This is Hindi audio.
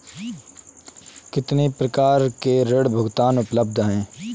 कितनी प्रकार के ऋण भुगतान उपलब्ध हैं?